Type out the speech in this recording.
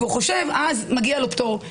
מגיע לו פטור,